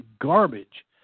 garbage